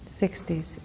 60s